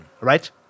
right